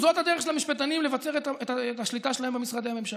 זאת הדרך של המשפטנים לבצר את השליטה שלהם במשרדי הממשלה.